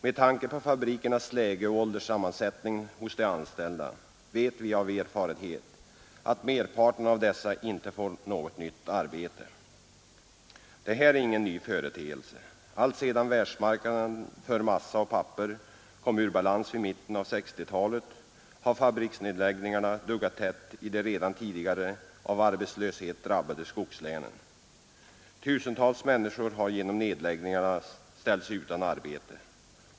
Med tanke på fabrikernas läge och ålderssammansättningen hos de anställda vet vi av erfarenhet att merparten av dessa inte får något nytt arbete. Det här är ingen ny företeelse. Alltsedan världsmarknaden för massa och papper kom ur balans vid mitten av 1960-talet har fabriksnedläggningarna duggat tätt i de redan tidigare av arbetslöshet drabbade skogslänen. Tusentals människor har genom nedläggningarna ställts utan arbete.